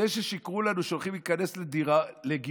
זה ששיקרו לנו שהולכים להיכנס לגירעון,